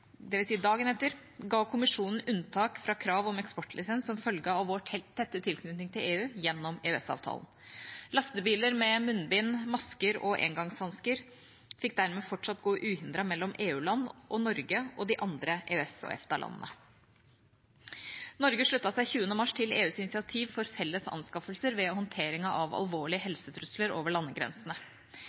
dagen etter, ga Kommisjonen unntak fra krav om eksportlisens som følge av vår tette tilknytning til EU gjennom EØS-avtalen. Lastebiler med munnbind, masker og engangshansker fikk dermed fortsatt gå uhindret mellom EU-land og Norge og de andre EØS/EFTA-landene. Norge sluttet seg 20. mars til EUs initiativ for felles anskaffelser ved håndteringen av alvorlige helsetrusler over landegrensene.